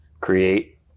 create